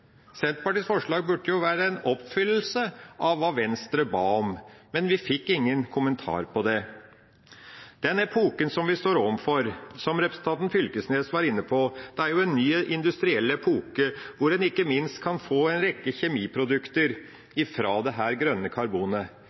Senterpartiets forslag. Senterpartiets forslag burde være en oppfyllelse av hva Venstre ba om, men vi fikk ingen kommentar til det. Den epoken vi står overfor, som representanten Knag Fylkesnes var inne på, er en ny industriell epoke hvor en ikke minst kan få en rekke kjemiprodukter fra dette grønne karbonet.